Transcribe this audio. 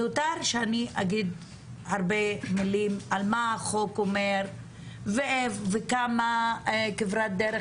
מיותר שאני אגיד הרבה מילים על מה החוק אומר וכמה כברת דרך